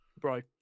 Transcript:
bro